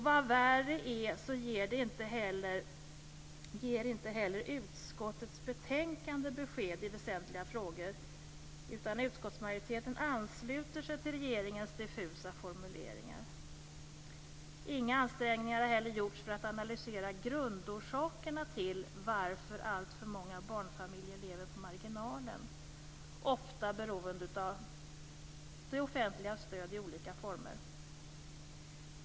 Vad värre är ger inte heller utskottet i sitt betänkande besked i väsentliga frågor, utan utskottsmajoriteten ansluter sig till regeringens diffusa formuleringar. Inga ansträngningar har heller gjorts för att analysera grundorsakerna till att alltför många barnfamiljer lever på marginalen, ofta beroende av det offentligas stöd i olika former.